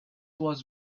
was